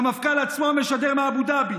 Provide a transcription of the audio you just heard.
והמפכ"ל עצמו משדר מאבו דאבי.